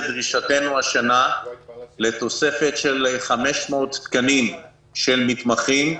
לדרישתנו לתוספת של 500 תקנים של מתמחים.